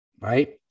right